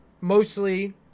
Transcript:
mostly